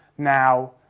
now,